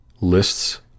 lists